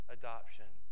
adoption